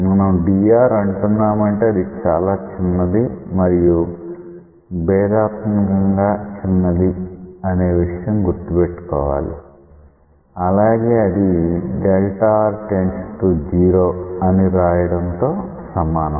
మనం dr అంటున్నామంటే అది చాలా చిన్నది మరియు భేదాత్మకంగా చిన్నది అనే విషయం గుర్తుపెట్టుకోవాలి అలాగే అది Δ r →0 అని వ్రాయడంతో సమానం